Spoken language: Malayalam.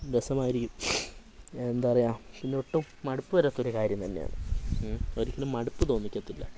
രസമായിരിക്കും എന്താ പറയുക പിന്നെ ഒട്ടും മടുപ്പു വരാത്തൊരു കാര്യം തന്നെയാണ് ഒരിക്കലും മടുപ്പ് തോന്നിക്കത്തില്ല